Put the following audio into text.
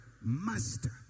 master